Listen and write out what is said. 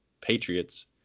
Patriots